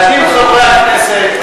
מעטים חברי הכנסת,